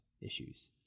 issues